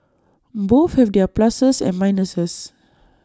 both have their pluses and minuses